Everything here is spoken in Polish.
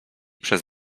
przez